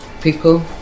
people